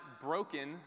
broken